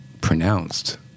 pronounced